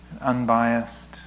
unbiased